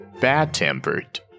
Bad-tempered